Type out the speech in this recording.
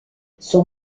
son